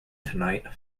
tonight